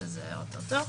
שזה או-טו-טו.